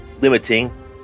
limiting